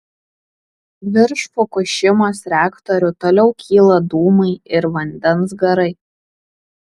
virš fukušimos reaktorių toliau kyla dūmai ir vandens garai